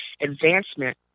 advancement